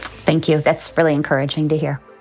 thank you. that's really encouraging to hear